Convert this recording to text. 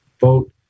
vote